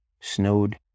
snowed